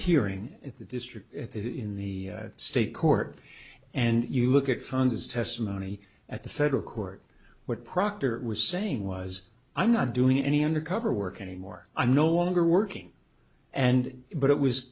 hearing in the district in the state court and you look at fund his testimony at the federal court what proctor was saying was i'm not doing any undercover work anymore i'm no longer working and but it was